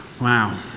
Wow